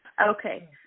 Okay